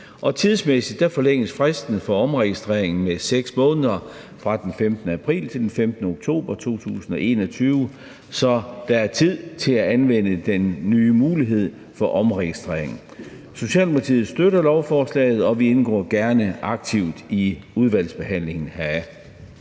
Tidsmæssigt forlænges fristen for omregistrering med 6 måneder fra den 15. april til den 15. oktober 2021, så der er tid til at anvende den nye mulighed for omregistrering. Socialdemokratiet støtter lovforslaget, og vi indgår gerne aktivt i udvalgsbehandlingen heraf.